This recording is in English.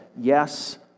Yes